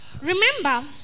remember